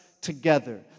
together